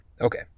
Okay